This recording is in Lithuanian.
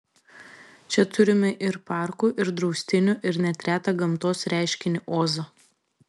čia turime ir parkų ir draustinių ir net retą gamtos reiškinį ozą